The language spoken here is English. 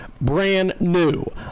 brand-new